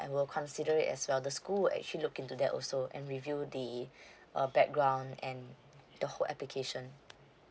and will consider it as well the school will actually look into that also and review the uh background and the whole application